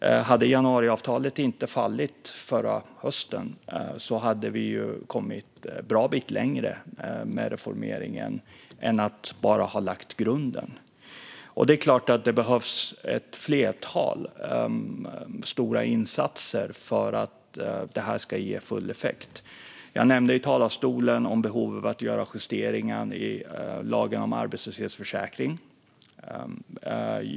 Om inte januariavtalet hade fallit förra hösten skulle vi ha kommit en bra bit längre med reformeringen än att bara ha lagt grunden. Det är klart att det behövs ett flertal stora insatser för att det här ska ge full effekt. Jag nämnde i talarstolen behovet av att göra justeringar i lagen om arbetslöshetsförsäkring.